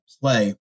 play